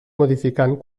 modificant